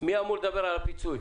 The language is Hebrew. מי אמור לדבר על הפיצוי?